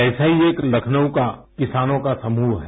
ऐसा ही एक लखनऊ का किसानों का समूह है